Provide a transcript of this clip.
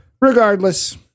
regardless